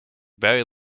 very